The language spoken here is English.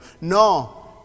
No